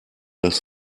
das